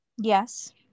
yes